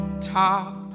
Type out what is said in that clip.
top